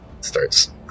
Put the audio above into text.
Starts